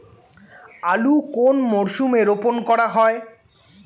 আলু কোন মরশুমে রোপণ করা হয়?